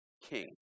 King